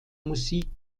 musik